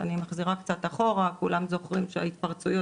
שאני מחזירה קצת אחרוה וכולם זוכרים שההתפרצויות